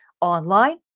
online